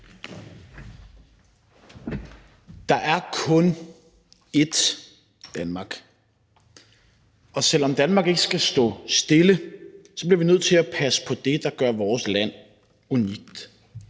Der er kun ét Danmark, og selv om Danmark ikke skal stå stille, bliver vi nødt til at passe på det, der gør vores land unikt.